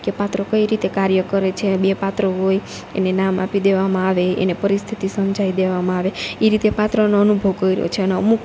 કે પાત્રો કઈ રીતે કાર્ય કરે છે બે પાત્ર હોય એને નામ આપી દેવામાં આવે એને પરિસ્થિતિ સમજાઈ દેવામાં આવે ઈ રીતે પાત્રનો અનુભવ કયરો છે ને અમુક